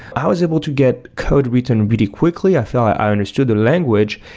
i was able to get code written really quickly. i feel i i understood the language,